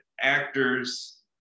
actors